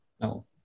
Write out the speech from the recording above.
No